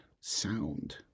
sound